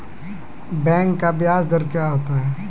Bank का ब्याज दर क्या होता हैं?